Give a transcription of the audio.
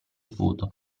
foto